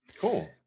cool